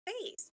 face